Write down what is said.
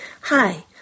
Hi